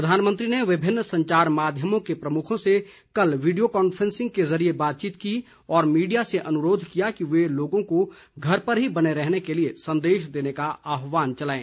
प्रधानमंत्री ने विभिन्न संचार माध्यमों के प्रमुखों से कल वीडियो कांफ्रेंसिंग के जरिये बातचीत की और मीडिया से अनुरोध किया कि वे लोगों को घर पर ही बने रहने के लिये संदेश देने का अभियान चलाएं